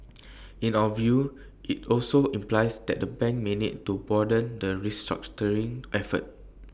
in our view IT also implies that the bank may need to broaden the restructuring effort